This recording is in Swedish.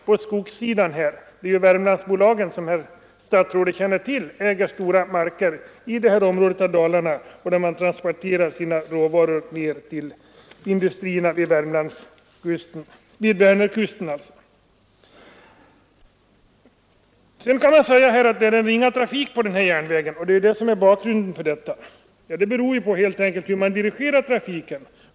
Som statsrådet känner till äger Värmlandsbolagen stora marker i det här området av Dalarna, och man transporterar härifrån råvaror ned till industrierna vid Vänerkusten. Det kan sägas att det varit en ringa trafik på denna järnväg, och det är detta som varit orsaken till beslutet. Men det beror emellertid helt på hur Nr 40 man dirigerar trafiken.